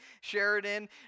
Sheridan